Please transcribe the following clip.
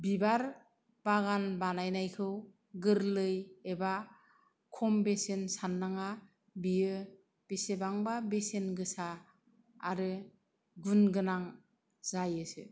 बिबार बागान बानायनायखौ गोरलै एबा खम बेसेन साननाङा बेयो बेसेबांबा बेसेन गोसा आरो गुनगोनां जायो